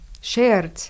shared